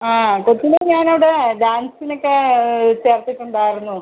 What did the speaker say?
ആ കൊച്ചിനെ ഞാനവിടെ ഡാൻസിനൊക്കെ ചേർത്തിട്ടുണ്ടായിരുന്നു